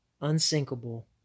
unsinkable